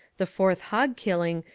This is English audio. the fourth hog-killing,